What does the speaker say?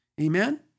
Amen